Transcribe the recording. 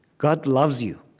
god loves you.